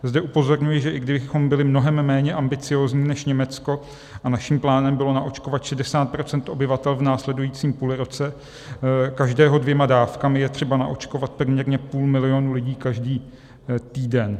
Zde upozorňuji, že i kdybychom byli mnohem méně ambiciózní než Německo a naším plánem bylo naočkovat 60 % obyvatel v následujícím půlroce, každého dvěma dávkami, je třeba naočkovat poměrně půl milionu lidí každý týden.